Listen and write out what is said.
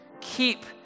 Keep